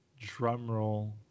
Drumroll